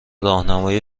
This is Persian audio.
راهنمای